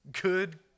good